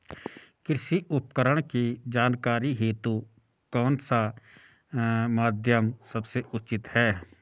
कृषि उपकरण की जानकारी हेतु कौन सा माध्यम सबसे उचित है?